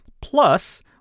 plus